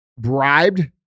bribed